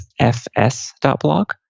fs.blog